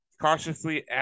cautiously